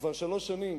כבר שלוש שנים